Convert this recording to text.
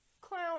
clown